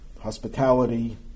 hospitality